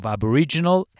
Aboriginal